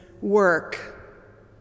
work